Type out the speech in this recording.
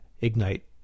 ignite